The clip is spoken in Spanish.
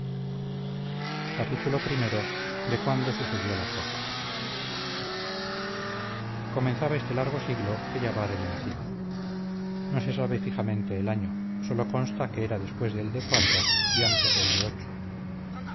antonio de alarcón comenzaba este largo siglo que ya va de vencida no se sabe fijamente el año sólo consta que era después del de y antes del de